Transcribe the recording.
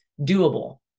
doable